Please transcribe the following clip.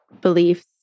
beliefs